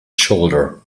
shoulder